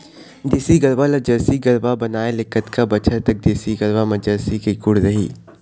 देसी गरवा ला जरसी गरवा बनाए ले कतका बछर तक देसी गरवा मा जरसी के गुण रही?